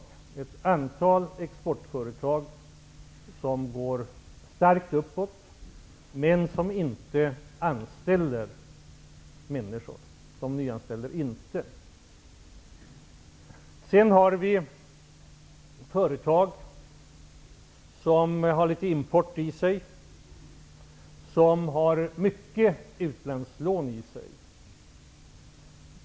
Det finns ett antal exportföretag som det går mycket bra för men som inte nyanställer. Det finns också företag som har litet import och stora utlandslån.